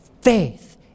faith